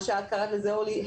מה שאורלי קראה לו הלאמה.